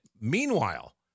Meanwhile